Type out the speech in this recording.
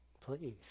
please